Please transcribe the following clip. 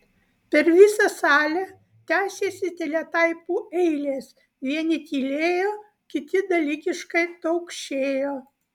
per visą salę tęsėsi teletaipų eilės vieni tylėjo kiti dalykiškai taukšėjo